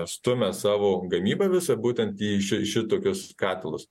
stumia savo gamybą visą būtent į ši šitokius katilus